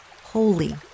holy